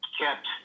kept